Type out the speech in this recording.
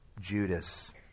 Judas